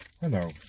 hello